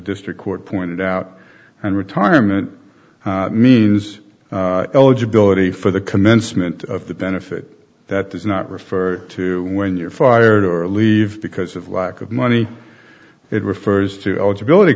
district court pointed out and retirement means eligibility for the commencement of the benefit that does not refer to when you're fired or leave because of lack of money it refers to eligibility